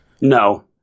No